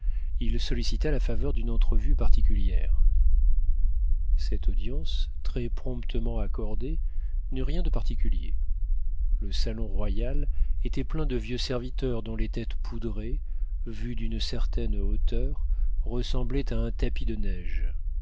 il sollicita la faveur d'une entrevue particulière cette audience très-promptement accordée n'eut rien de particulier le salon royal était plein de vieux serviteurs dont les têtes poudrées vues d'une certaine hauteur ressemblaient à un tapis de neige